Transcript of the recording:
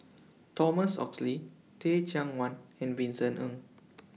Thomas Oxley Teh Cheang Wan and Vincent Ng